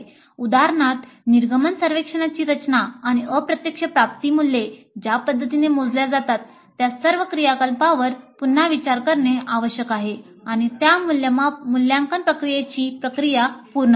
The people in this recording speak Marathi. उदाहरणार्थ निर्गमन सर्वेक्षणाची रचना किंवा अप्रत्यक्ष प्राप्ती मूल्ये ज्या पद्धतीने मोजल्या जातात त्या सर्व क्रियाकलापांवर पुन्हा विचार करणे आवश्यक आहे आणि त्या मुल्यांकन प्रक्रियेची प्रक्रिया पूर्ण करेल